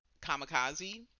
kamikaze